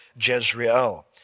Jezreel